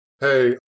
hey